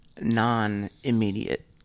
non-immediate